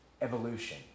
evolution